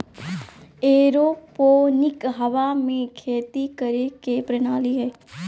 aeroponic हवा में खेती करे के प्रणाली हइ